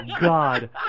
god